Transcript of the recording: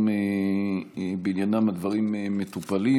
גם בעניינם הדברים מטופלים,